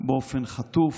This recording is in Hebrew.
באופן חטוף,